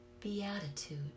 beatitude